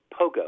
Pogo